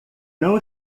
não